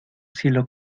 cielo